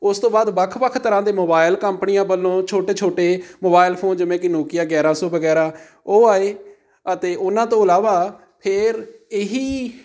ਉਸ ਤੋਂ ਬਾਅਦ ਵੱਖ ਵੱਖ ਤਰ੍ਹਾਂ ਦੇ ਮੋਬਾਇਲ ਕੰਪਨੀਆਂ ਵੱਲੋਂ ਛੋਟੇ ਛੋਟੇ ਮੋਬਾਇਲ ਫ਼ੋਨ ਜਿਵੇਂ ਕਿ ਨੋਕੀਆ ਗਿਆਰਾਂ ਸੌ ਵਗੈਰਾ ਉਹ ਆਏ ਅਤੇ ਉਹਨਾਂ ਤੋਂ ਇਲਾਵਾ ਫਿਰ ਇਹੀ